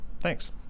Thanks